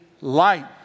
light